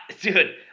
dude